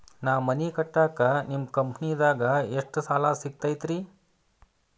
ನಾ ಮನಿ ಕಟ್ಟಾಕ ನಿಮ್ಮ ಕಂಪನಿದಾಗ ಎಷ್ಟ ಸಾಲ ಸಿಗತೈತ್ರಿ?